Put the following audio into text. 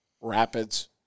rapids